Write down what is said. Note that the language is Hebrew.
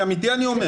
אמיתי אני אומר.